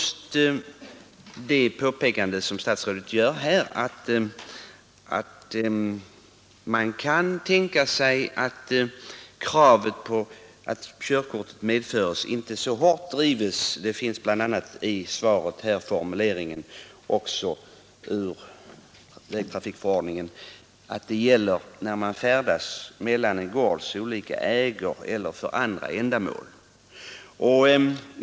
Statsrådet påpekar t.ex. att kravet på att körkort skall medföras inte alltid drivs lika hårt. I svaret finns bl.a. formuleringen att kortet inte behöver medföras vid färd mellan en gårds olika ägor eller för liknande ändamål.